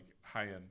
high-end